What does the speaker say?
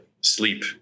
sleep